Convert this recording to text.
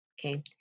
Okay